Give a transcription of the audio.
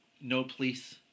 no-police